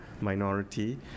minority